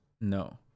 no